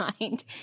mind